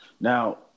Now